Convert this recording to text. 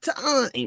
time